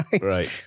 Right